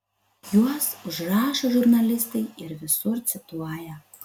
juos užrašo žurnalistai ir visur cituoja